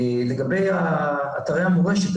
לגבי אתרי המורשת,